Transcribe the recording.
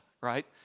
right